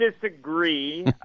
disagree